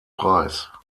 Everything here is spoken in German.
preis